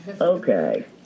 Okay